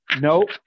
nope